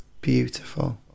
Beautiful